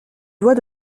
doit